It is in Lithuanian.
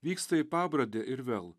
vyksta į pabradę ir vėl